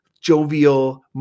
jovial